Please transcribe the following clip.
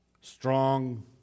strong